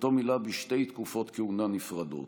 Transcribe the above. שאותו מילא שתי תקופות כהונה נפרדות.